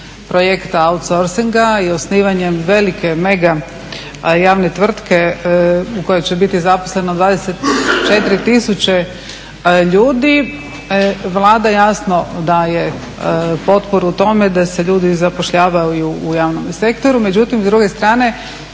projekta outsorcinga i osnivanjem velike mega javne tvrtke u kojoj će biti zaposleno 24 tisuće ljudi. Vlada jasno daje potporu tome da se ljudi zapošljavaju u javnome sektoru, međutim s druge strane